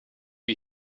wie